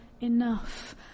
enough